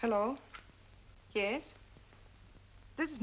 hello yes this is